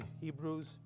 Hebrews